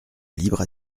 libre